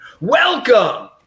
welcome